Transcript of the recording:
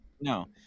No